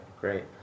great